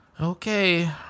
Okay